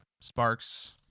Sparks